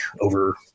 over